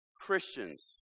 Christians